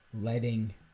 letting